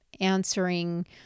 answering